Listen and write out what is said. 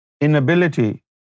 inability